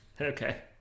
Okay